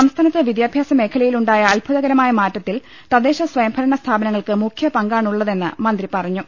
സംസ്ഥാനത്ത് വിദ്യാഭ്യാസ മേഖലയിൽ ഉണ്ടായ അത്ഭുതകരമായ മാറ്റത്തിൽ തദ്ദേശ സ്വയംഭരണ സ്ഥാപ നങ്ങൾക്ക് മുഖ്യ പങ്കാണുള്ളതെന്ന് മന്ത്രി പറഞ്ഞു